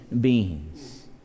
beings